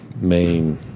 main